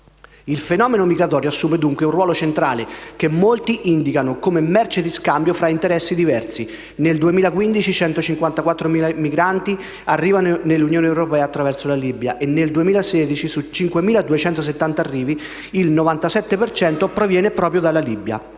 Il fenomeno migratorio assume, dunque, un ruolo centrale, che molti indicano come merce di scambio tra interessi diversi. Nel 2015, 154.000 migranti arrivano nell'Unione europea attraverso la Libia e, nel 2016, su 5.270 arrivi il 97 per cento proviene proprio dalla Libia.